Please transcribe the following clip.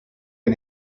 and